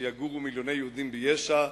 כשיגורו מיליוני יהודים ביש"ע,